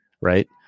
Right